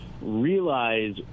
realize